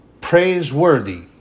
praiseworthy